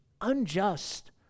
unjust